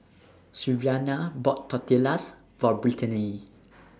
Sylvania bought Tortillas For Britany